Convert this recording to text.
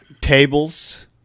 tables